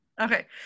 Okay